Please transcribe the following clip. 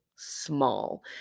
small